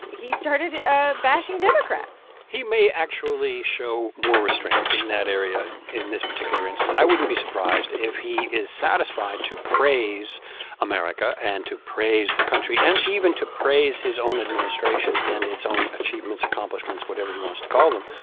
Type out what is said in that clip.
he started ah bashing democrats he may actually show more restraint in that area in this particular instance. i wouldn't be surprised if he is satisfied to praise america and to praise the country and even to praise his own administration and its own achievements, accomplishments, whatever he wants to call them.